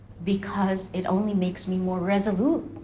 because it only makes me more resolute.